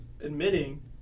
admitting